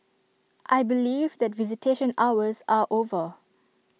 I believe that visitation hours are over